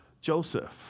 Joseph